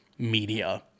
Media